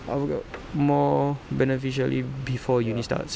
I forgot more beneficial if before uni~ starts